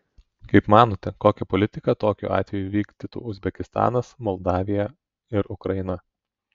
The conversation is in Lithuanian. kaip manote kokią politiką tokiu atveju vykdytų uzbekistanas moldavija ir ukraina